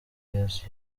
yesu